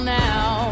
now